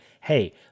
hey